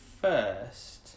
first